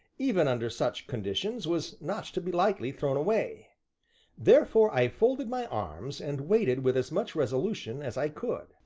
even under such conditions, was not to be lightly thrown away therefore i folded my arms and waited with as much resolution as i could.